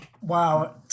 wow